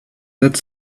that